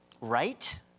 right